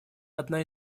одна